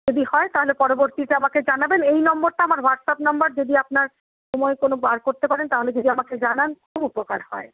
যদি হয় তাহলে পরবর্তীতে আমাকে জানাবেন এই নম্বরটা আমার হোয়াটসঅ্যাপ নাম্বার যদি আপনার সময় কোন বার করতে পারেন তাহলে যদি আমাকে জানান খুব উপকার হয়